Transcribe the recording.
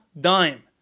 dime